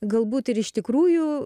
galbūt ir iš tikrųjų